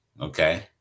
okay